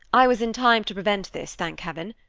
i was in time to prevent this, thank heaven.